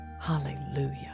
Hallelujah